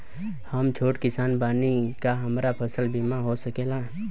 हम छोट किसान बानी का हमरा फसल बीमा हो सकेला?